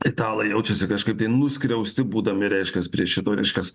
italai jaučiasi kažkaip tai nuskriausti būdami reiškiasi prie šito reiškias